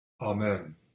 Amen